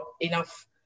enough